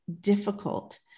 difficult